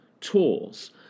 tools